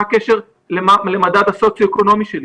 מה הקשר למדד הסוציו-אקונומי שלי?